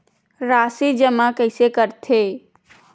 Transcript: राशि जमा कइसे करथे?